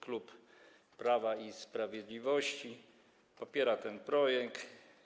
Klub Prawa i Sprawiedliwości popiera ten projekt.